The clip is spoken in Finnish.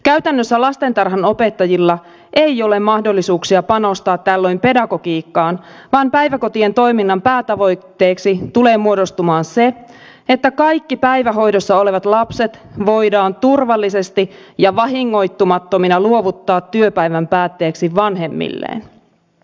käytännössä lastentarhanopettajilla ei ole mahdollisuuksia panostaa tällöin pedagogiikkaan vaan päiväkodin toiminnan päätavoitteeksi tulee muodostumaan se että kaikki päivähoidossa olevat lapset voidaan turvallisesti ja vahingoittumattomina luovuttaa työpäivän päätteeksi vanhemmilleen